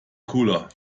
cooler